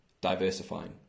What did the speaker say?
diversifying